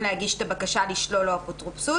להגיש את הבקשה לשלילת האפוטרופסות: